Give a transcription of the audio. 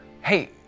Hey